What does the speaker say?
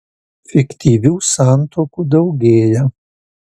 fiktyvių santuokų daugėja